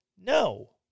No